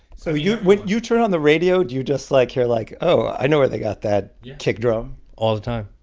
so when you turn on the radio, do you just, like, here, like oh, i know where they got that kick drum? all the time.